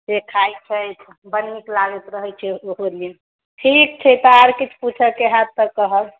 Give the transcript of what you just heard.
से खाइ छथि बड्ड नीक लागैत रहै छै ओहु दिन ठीक छै तऽ आर किछु पूछयके हैत तऽ कहब